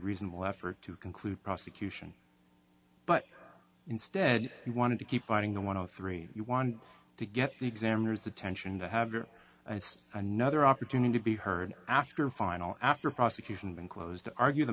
reasonable effort to conclude prosecution but instead he wanted to keep fighting the one of three you want to get the examiners attention to have or have another opportunity to be heard after final after prosecution been closed to argue the